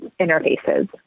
interfaces